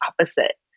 opposite